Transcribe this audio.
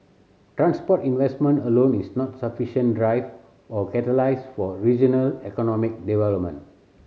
transport investment alone is not sufficient driver or catalyst for regional economic development